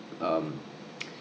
um